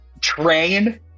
Train